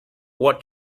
what